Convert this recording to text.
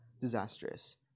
disastrous